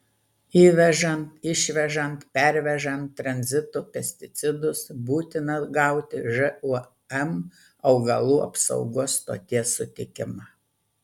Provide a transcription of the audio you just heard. įvežant išvežant pervežant tranzitu pesticidus būtina gauti žūm augalų apsaugos stoties sutikimą